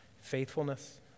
faithfulness